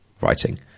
writing